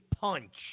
punch